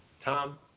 tom